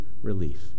relief